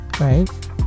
Right